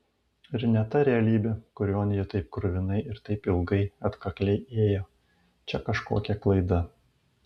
ir ne ta realybė kurion ji taip kruvinai ir taip ilgai atkakliai ėjo čia kažkokia klaida